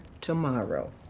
tomorrow